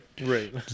Right